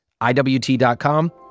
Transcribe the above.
iwt.com